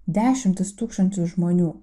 dešimtis tūkstančių žmonių